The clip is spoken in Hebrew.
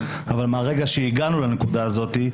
אבל מרגע שהגענו לנקודה הזאת,